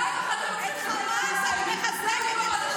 את חמאס את מחזקת, את חמאס.